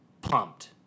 pumped